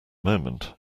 moment